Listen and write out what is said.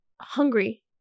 hungry